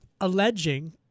alleging